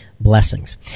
Blessings